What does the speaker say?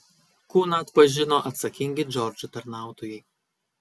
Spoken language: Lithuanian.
kūną atpažino atsakingi džordžo tarnautojai